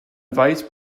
vice